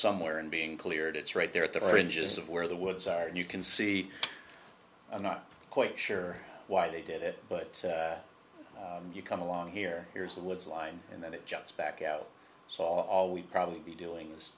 somewhere and being cleared it's right there at the very edges of where the woods are and you can see i'm not quite sure why they did it but you come along here here's the woods line and then it jumps back out so all we probably be doing is